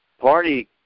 party